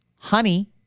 honey